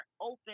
open